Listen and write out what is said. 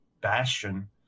Bastion